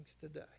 today